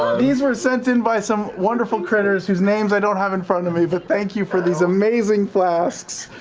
um these were sent in by some wonderful critters, whose names i don't have in front of me, but thank you for these amazing flasks.